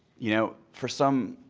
you know, for some,